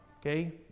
okay